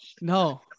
No